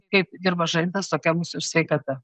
kaip dirba žarnynas tokia mūsų ir sveikata